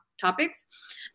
topics